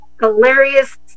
hilarious